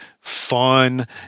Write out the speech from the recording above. fun